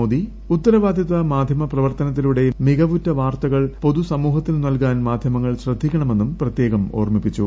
മോദി ഉത്തരവാദിത്വ മാധ്യമ പ്രവർത്തനത്തിലൂടെ മികവുറ്റ വാർത്തകൾ പൊതുസമൂഹത്തിന് നൽകാൻ മാധ്യമങ്ങൾ ശ്രദ്ധിക്കണമെന്നും പ്രത്യേകം ഓർമ്മിപ്പിച്ചു